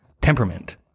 temperament